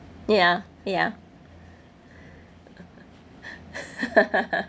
ya ya